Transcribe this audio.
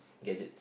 gadgets